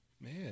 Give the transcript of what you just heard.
Man